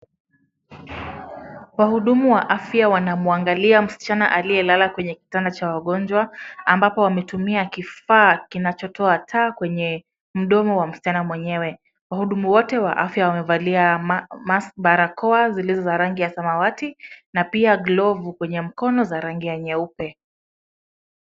Wahudumu wa afya wanamuangalia msichana aliyelala kwenye kitanda cha wagonjwa, ambapo wametumia kifaa kinachotoa taa kwenye mdomo wa msichana mwenyewe. Wahudumu wote wa afya wamevalia barakoa zilizo za rangi ya samawati na pia glovu kwenye mkono za rangi ya nyeupe.